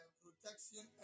protection